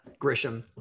Grisham